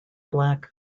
black